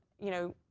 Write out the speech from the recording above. you know,